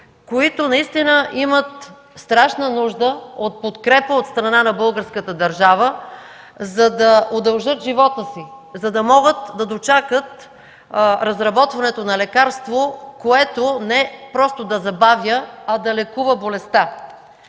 които наистина имат страшна нужда от подкрепа от страна на българската държава, за да удължат живота си, за да могат да дочакат разработването на лекарство, което не просто да забавя, а да лекува болестта.